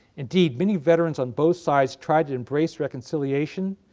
indeed, many veterans on both sides tried to embrace reconciliation,